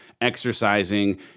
exercising